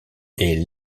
est